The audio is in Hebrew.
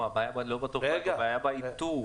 הבעיה לא בתרופה, הבעיה באיתור.